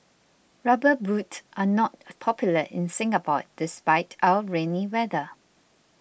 rubber boots are not popular in Singapore despite our rainy weather